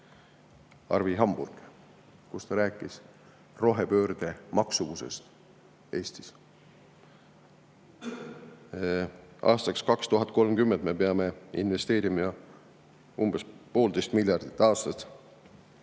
Arvi Hamburg. Ta rääkis seal rohepöörde maksumusest Eestis. Aastaks 2030 peame me investeerima umbes poolteist miljardit eurot